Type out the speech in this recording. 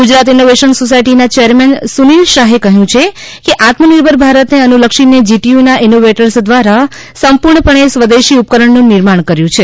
Gujarat innovation સોસાયટીના chairman Sunil શાહે કહ્યું છે કે આત્મનિર્ભર ભારતને અનુલક્ષીને જીટીયુના ઇનોવેટર્સ દ્વારા સંપૂર્ણપણે સ્વદેશી ઉપકરણનું નિર્માણ કર્યું છે